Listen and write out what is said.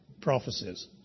prophecies